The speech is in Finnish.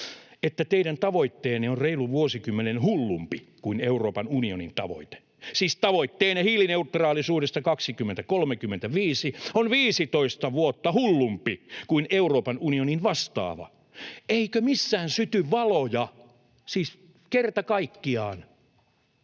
että teidän tavoitteenne on reilun vuosikymmenen hullumpi kuin Euroopan unionin tavoite? Siis tavoite hiilineutraalisuudesta 2035 on 15 vuotta hullumpi kuin Euroopan unionin vastaava. Eikö missään syty valoja, siis kerta kaikkiaan?